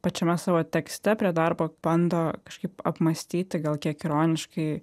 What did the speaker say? pačiame savo tekste prie darbo bando kažkaip apmąstyti gal kiek ironiškai